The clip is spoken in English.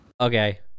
Okay